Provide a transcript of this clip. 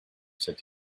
said